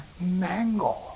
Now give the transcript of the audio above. mango